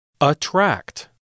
attract